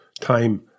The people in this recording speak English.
time